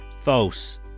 False